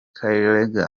kainerugaba